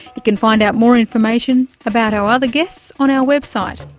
you can find out more information about our other guests on our website.